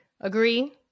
Agree